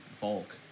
bulk